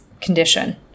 condition